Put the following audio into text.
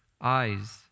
eyes